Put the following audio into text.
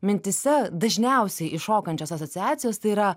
mintyse dažniausiai iššokančios asociacijos tai yra